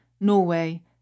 Norway